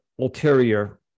ulterior